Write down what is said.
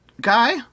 guy